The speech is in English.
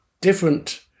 different